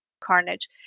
carnage